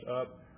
up